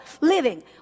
living